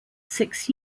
six